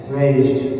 raised